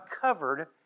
covered